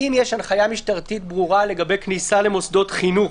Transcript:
הנחיה משטרתית ברורה לגבי כניסה למוסדות חינוך?